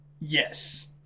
Yes